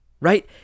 right